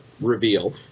reveal